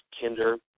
kinder